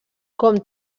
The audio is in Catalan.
com